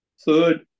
third